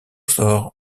sort